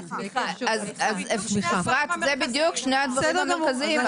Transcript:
אלה הדברים המרכזיים,